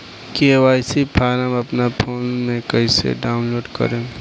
KYC form अपना phone मे कइसे डाऊनलोड करेम?